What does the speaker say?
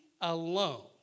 alone